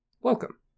welcome